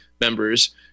members